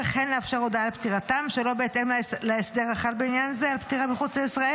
את מדברת בשם שר הפנים משה ארבל, נכון?